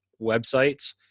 websites